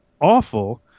awful